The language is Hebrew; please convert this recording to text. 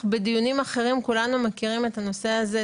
בדיונים אחרים כולנו מכירים את הנושא הזה,